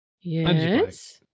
Yes